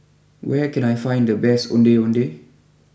where can I find the best Ondeh Ondeh